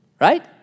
Right